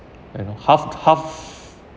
and half half